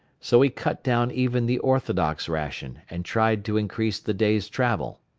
so he cut down even the orthodox ration and tried to increase the day's travel.